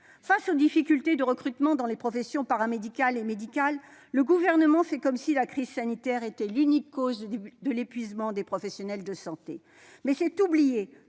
Face aux difficultés de recrutement dans les professions paramédicales et médicales, le Gouvernement fait comme si la crise sanitaire était l'unique cause de l'épuisement des professionnels de santé. Mais c'est oublier